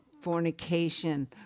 fornication